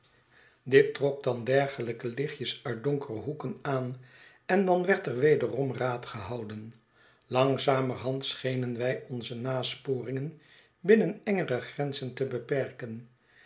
dit trok dan dergelijke lichtjes uit donkere hoeken aan en dan werd er wederom raad gehouden langzamerhand schenen wij onze nasporingen binnen engere grenzen te beperken